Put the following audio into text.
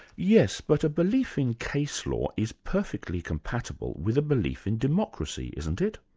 yes but a belief in case law is perfectly compatible with a belief in democracy isn't it?